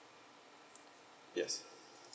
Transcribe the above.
yes